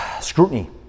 scrutiny